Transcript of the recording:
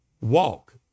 walk